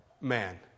Man